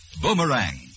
Boomerang